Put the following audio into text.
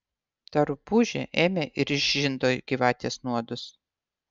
ta rupūžė ėmė ir išžindo gyvatės nuodus